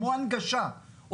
כמו הנגשה,